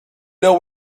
know